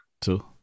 two